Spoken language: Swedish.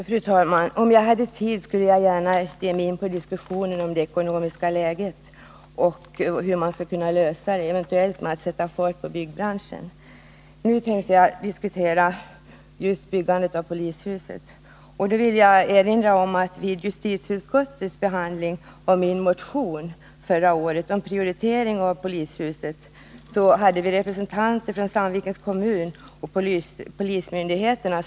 Fru talman! Om jag hade tid skulle jag gärna diskutera det ekonomiska läget och hur man skall kunna förbättra det, eventuellt genom att sätta fart på byggbranschen. Men nu tänker jag diskutera byggandet av polishuset. Vid justitieutskottets behandling av min motion förra året om prioritering av byggandet av polishuset hörde vi i utskottet representanter för Sandvikens kommun och för polismyndigheterna.